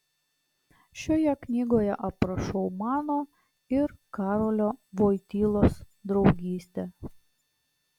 šioje knygoje aprašau mano ir karolio voitylos draugystę